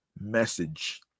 message